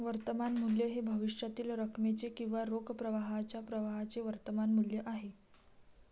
वर्तमान मूल्य हे भविष्यातील रकमेचे किंवा रोख प्रवाहाच्या प्रवाहाचे वर्तमान मूल्य आहे